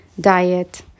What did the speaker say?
diet